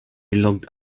locked